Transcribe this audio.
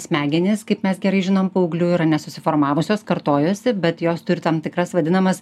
smegenys kaip mes gerai žinom paauglių yra nesusiformavusios kartojuosi bet jos turi tam tikras vadinamas